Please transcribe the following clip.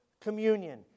communion